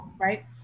right